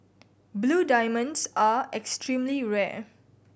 blue diamonds are extremely rare